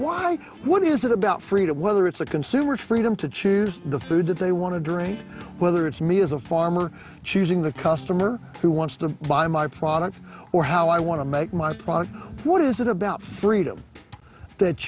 would is it about freedom whether it's a consumer freedom to choose the food that they want to drink whether it's me as a farmer choosing the customer who wants to buy my product or how i want to make my product what is it about freedom that